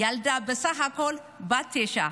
הילדה בסך הכול בת תשע,